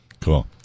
Cool